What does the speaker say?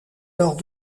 lors